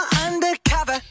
undercover